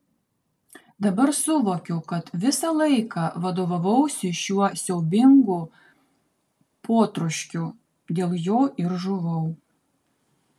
dabar suvokiu kad visą laiką vadovavausi šiuo siaubingu potroškiu dėl jo ir žuvau